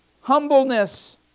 Humbleness